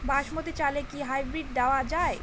বাসমতী চালে কি হাইব্রিড দেওয়া য়ায়?